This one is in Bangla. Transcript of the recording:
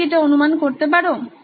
তোমরা কি এটা অনুমান করতে পারো